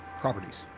properties